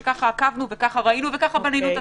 שככה עקבנו ובנינו את התוכנית.